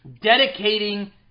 Dedicating